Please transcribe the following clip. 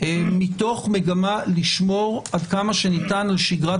מתוך מגמה לשמור עד כמה שניתן על שגרת